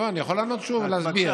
לא, אני יכול לענות שוב ולהסביר.